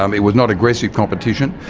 um it was not aggressive competition.